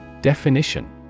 Definition